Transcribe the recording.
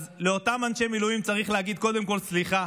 אז לאותם אנשי מילואים צריך להגיד קודם כול סליחה